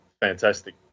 fantastic